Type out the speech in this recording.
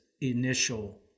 initial